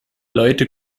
leute